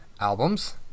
albums